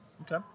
Okay